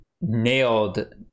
nailed